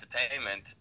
entertainment